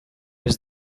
was